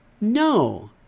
No